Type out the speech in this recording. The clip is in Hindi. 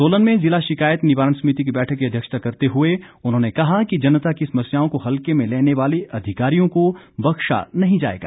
सोलन में ज़िला शिकायत निवारण समिति की बैठक की अध्यक्षता करते हुए उन्होंने कहा कि जनता की समस्याओं को हलके में लेने वाले अधिकारियों को बख्शा नहीं जाएगा